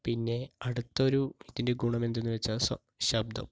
പിന്നേ അടുത്തൊരു ഇതിൻ്റെ ഗുണം എന്തെന്ന് വെച്ചാൽ ശബ്ദം